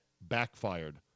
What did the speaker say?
backfired